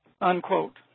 unquote